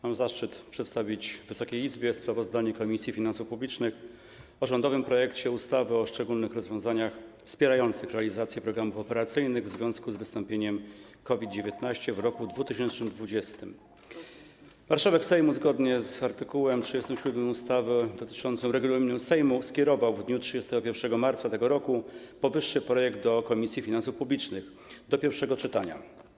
Mam zaszczyt przedstawić Wysokiej Izbie sprawozdanie Komisji Finansów Publicznych o rządowym projekcie ustawy o szczególnych rozwiązaniach wspierających realizację programów operacyjnych w związku z wystąpieniem COVID-19 w 2020 r. Marszałek Sejmu, zgodnie z art. 37 regulaminu Sejmu, skierował w dniu 31 marca tego roku powyższy projekt do Komisji Finansów Publicznych do pierwszego czytania.